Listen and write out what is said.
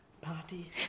Party